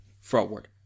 forward